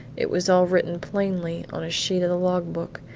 it was all written plainly, on a sheet of the log-book,